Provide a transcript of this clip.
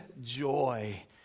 joy